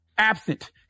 absent